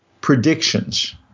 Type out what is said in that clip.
predictions